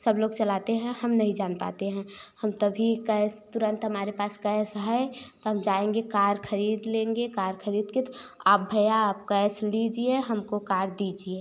सब लोग चलाते हैं हम नही जान पाते हैं हम तभी कैस तुरंत हमारे पास कैस है तो हम जाएंगे कार खरीद लेंगे कार खरीद कर तो आप भैया आप कैस लीजिए हमको कार दीजिए